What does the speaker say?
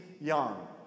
Young